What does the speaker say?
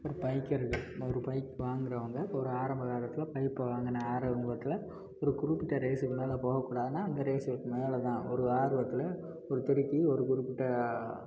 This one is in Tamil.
ஒரு பைக்கர்கள் ஒரு பைக் வாங்குறவங்க இப்போ ஒரு ஆரம்ப காலத்தில் பைக்கு வாங்கின ஆரம்பத்தில் ஒரு குறிப்பிட்ட ரேஸ்ஸுக்கு மேலே போகக் கூடாதுனால் அந்த ரேஸ்ஸுக்கு மேலேதான் ஒரு ஆர்வத்தில் ஒரு திருக்கி ஒரு குறிப்பிட்ட